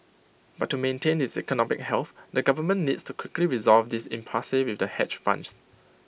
but to maintain its economic health the government needs to quickly resolve this impasse with the hedge funds